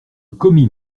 commis